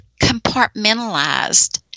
compartmentalized